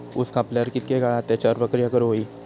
ऊस कापल्यार कितके काळात त्याच्यार प्रक्रिया करू होई?